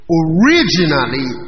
originally